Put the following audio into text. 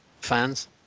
fans